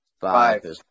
Five